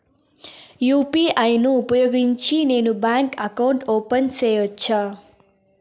UPI ను ఉపయోగించి నేను బ్యాంకు అకౌంట్ ఓపెన్ సేయొచ్చా?